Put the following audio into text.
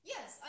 Yes